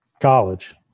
College